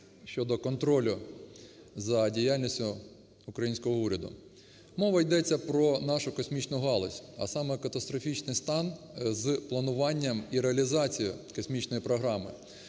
щодо контролю за діяльністю українського уряду. Мова йдеться про нашу космічну галузь, а саме: катастрофічний стан з плануванням і реалізацією космічної програми.